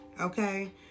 okay